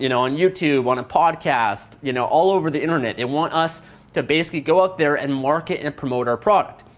you know on youtube, on a podcast, you know all over the internet. they want us to basically go out there and market and promote our product.